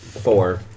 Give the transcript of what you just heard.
Four